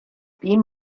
beam